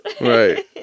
Right